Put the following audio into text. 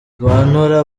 nora